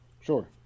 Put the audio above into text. sure